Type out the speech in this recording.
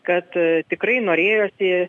kad tikrai norėjosi